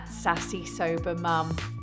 sassysobermum